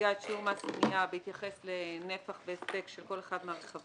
שמציגה את שיעור מס הקנייה בהתייחס לנפח והספק של כל אחד מהרכבים,